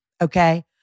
Okay